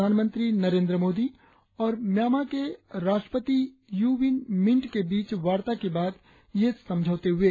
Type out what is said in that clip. प्रधानमंत्री नरेंद्र मोदी और म्यांमा के राष्ट्रपति यू विन मिंट के बीच वार्ता के बाद ये समझौते हुए